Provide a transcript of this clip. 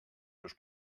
seus